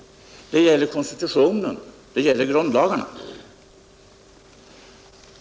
Den gäller konstitutionen, grundlagarna.